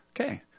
Okay